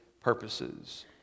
purposes